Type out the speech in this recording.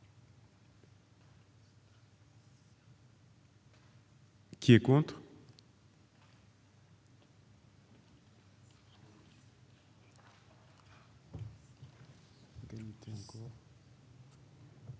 qui est contre